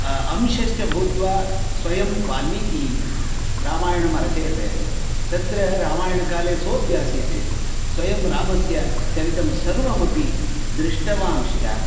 अंशश्च भूत्वा स्वयं वाल्मीकिः रामायणम् अरचयत् तत्र रामायणकाले सोप्यासीत् स्वयं रामस्य चरितं सर्वम् अपि दृष्टवान्श्च